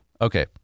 okay